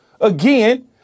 Again